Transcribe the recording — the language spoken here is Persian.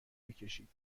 میکشید